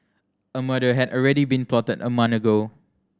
a murder had already been plotted a month ago